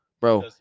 Bro